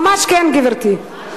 ממש כן, גברתי.